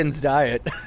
diet